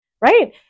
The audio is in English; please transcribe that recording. right